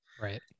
right